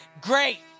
great